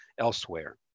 elsewhere